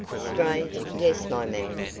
strange, yes, my man,